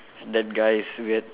that guy is weird